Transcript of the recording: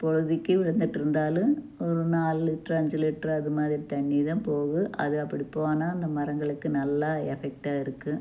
பொழுதுக்கு விழுந்துட்டு இருந்தாலும் ஒரு நாலு லிட்ரு அஞ்சு லிட்ரு அதுமாதிரி தண்ணி தான் போகும் அது அப்படி போனால் அந்த மரங்களுக்கு நல்லா எஃபெக்ட்டாக இருக்கும்